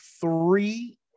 three